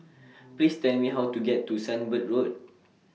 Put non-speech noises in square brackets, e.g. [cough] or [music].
[noise] Please Tell Me How to get to Sunbird Road